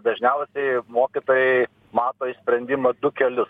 dažniausiai mokytojai mato išsprendima du kelius